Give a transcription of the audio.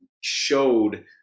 showed